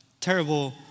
terrible